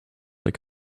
like